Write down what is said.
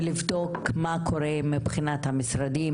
ולבדוק מה קורה מבחינת המשרדים,